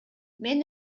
мен